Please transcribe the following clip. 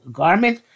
garment